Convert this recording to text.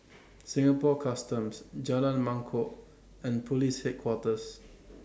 Singapore Customs Jalan Mangkok and Police Headquarters